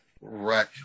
Right